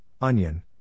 onion